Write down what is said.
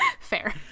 Fair